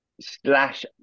slash